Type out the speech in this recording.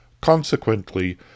Consequently